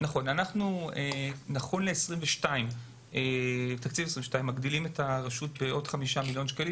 נכון לתקציב 2022 מגדילים את הרשות בעוד 5 מיליון שקלים